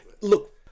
Look